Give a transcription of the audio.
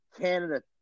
Canada